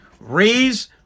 raise